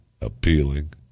appealing